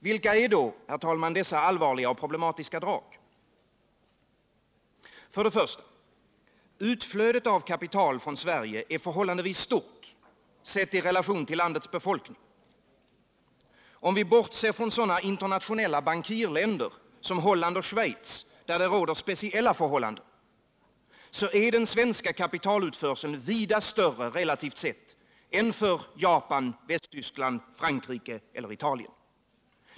Vilka är då, herr talman, dessa allvarliga och problematiska drag? För det första: Utflödet av kapital från Sverige är förhållandevis stort, sett i relation till landets befolkning. Om vi bortser från sådana internationella bankirländer som Holland och Schweiz, där det råder speciella förhållanden, så är den svenska kapitalutförseln vida större relativt sett än för Japan, Västtyskland, Frankrike eller Italien.